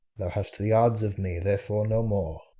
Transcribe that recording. thou hast the odds of me therefore no more.